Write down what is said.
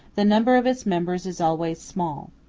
the number of its members is always small.